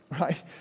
right